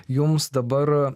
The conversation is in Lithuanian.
jums dabar